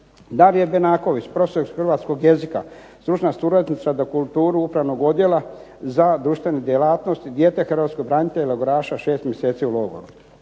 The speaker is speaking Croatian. Navije Benaković, profesor iz hrvatskog jezika stručna suradnica za kulturu Upravnog odjela za društvenu djelatnost, dijete hrvatskog branitelja i logoraša, 6 mjeseci u logoru.